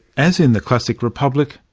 as in the classic republic,